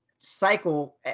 cycle